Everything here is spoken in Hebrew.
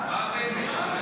מה הפתק?